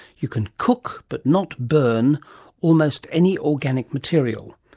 you can cook but not burn almost any organic material.